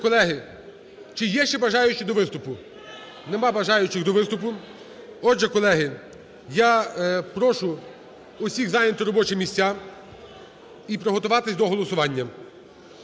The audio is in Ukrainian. колеги, чи є ще бажаючі до виступу? Немає бажаючих до виступу. Отже, колеги, я прошу усіх зайняти робочі місця і приготуватись до голосування.